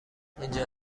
اینجا